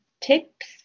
tips